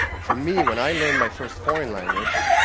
for me, when i learned my first foreign language,